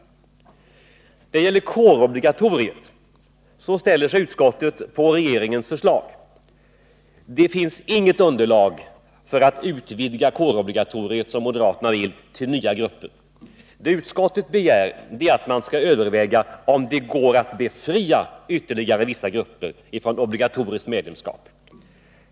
När det gäller kårobligatoriet ansluter sig utskottet till regeringens förslag. Det finns inget underlag för att utvidga kårobligatoriet till nya grupper, som moderaterna vill. Det utskottet begär är att man skall överväga om det går att befria ytterligare vissa grupper från obligatoriskt medlemskap.